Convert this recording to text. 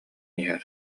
иһэр